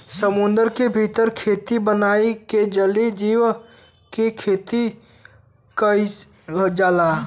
समुंदर के भीतर खेती बनाई के जलीय जीव के खेती कईल जाला